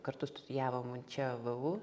kartu studijavom čia vu